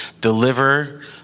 deliver